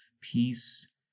peace